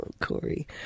Corey